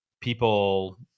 people